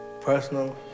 personal